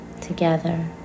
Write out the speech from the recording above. together